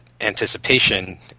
anticipation